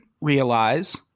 realize